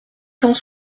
cent